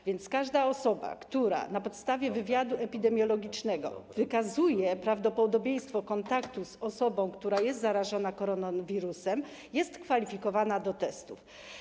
A więc każda osoba, która na podstawie wywiadu epidemiologicznego wykazuje prawdopodobieństwo kontaktu z osobą, która jest zarażona koronawirusem, jest kwalifikowana do testów.